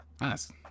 Nice